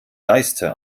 geiste